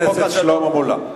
חבר הכנסת שלמה מולה,